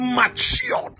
Matured